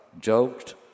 joked